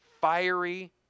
fiery